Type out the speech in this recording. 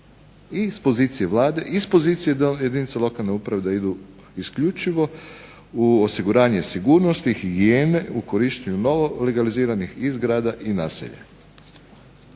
i s pozicije Vlade iz pozicije jedinica lokalne samouprave da idu isključivo u osiguranje sigurnosti i higijene u korištenju novo legaliziranih i zgrada i naselja.